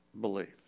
belief